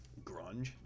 grunge